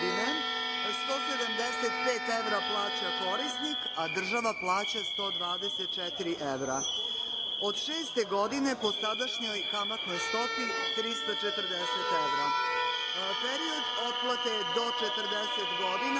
175 evra plaća korisnik, a država plaća 124 evra. Od šeste godine po sadašnjoj kamatnoj stopi 340 evra. Period otplate je do 40 godina,